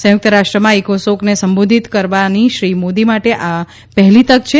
સંયુક્ત રાષ્ટ્રમાં ઇકોસોકને સંબોધિત કરવાની શ્રી મોદી માટે આ પ હેલી તક છે